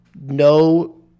no